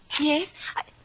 Yes